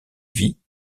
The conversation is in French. vie